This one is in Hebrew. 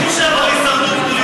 על הישרדות פוליטית,